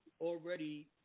already